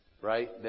Right